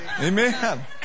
Amen